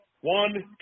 one